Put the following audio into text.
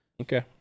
Okay